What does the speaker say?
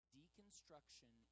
deconstruction